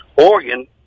Oregon